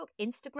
Instagram